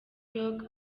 york